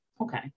Okay